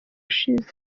ushize